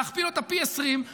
להכפיל אותה פי 20,